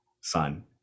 son